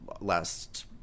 last